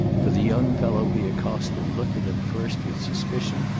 for the young fellow he accosted looked at him first with suspicion,